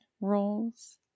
roles